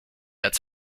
als